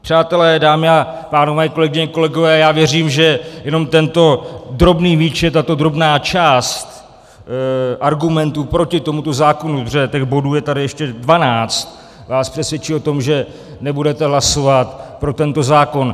Přátelé, dámy a pánové, kolegyně, kolegové, já věřím, že jenom tento drobný výčet, tato drobná část argumentů proti tomuto zákonu protože těch bodů je tady ještě 12 vás přesvědčí o tom, že nebudete hlasovat pro tento zákon.